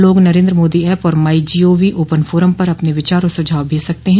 लोग नरेन्द्र मोदी ऐप और MyGov open forum पर अपने विचार और सुझाव भेज सकते हैं